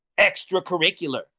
extracurricular